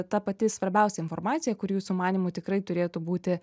ta pati svarbiausia informacija kuri jūsų manymu tikrai turėtų būti